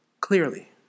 Clearly